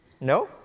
No